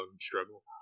struggle